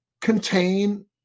contain